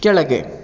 ಕೆಳಗೆ